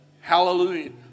Hallelujah